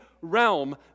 realm